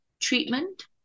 treatment